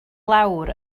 lawr